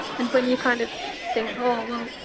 and when you kind of think oh well,